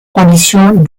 conditions